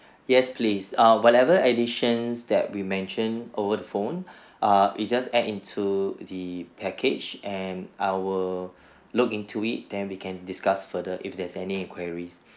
yes please err whatever additions that we mentioned over the phone err you just add into the package and I will look into it then we can discuss further if there's any enquiries